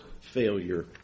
failure